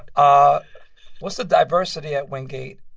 ah what's the diversity at wingate